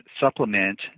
supplement